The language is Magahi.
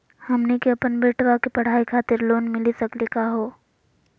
हमनी के अपन बेटवा के पढाई खातीर लोन मिली सकली का हो?